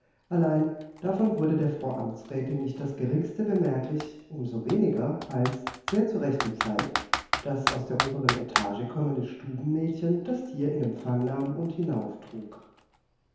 allein davon wurde der frau amtsrätin nicht das geringste bemerklich um so weniger als sehr zur rechten zeit das aus der oberen etage kommende stubenmädchen das tier in empfang nahm und